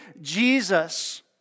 Jesus